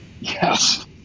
Yes